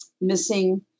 missing